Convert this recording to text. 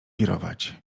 wirować